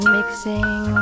Mixing